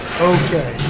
okay